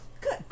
Good